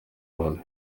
ronde